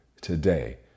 today